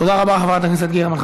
תודה רבה, חברת הכנסת גרמן.